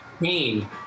pain